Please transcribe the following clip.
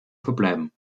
verbleiben